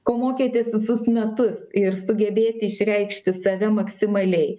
ko mokytės visus metus ir sugebėti išreikšti save maksimaliai